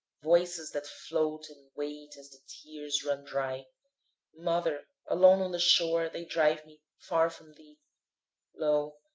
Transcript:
voices that float and wait as the tears run dry mother, alone on the shore they drive me, far from thee lo,